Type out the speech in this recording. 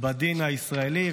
בדין הישראלי.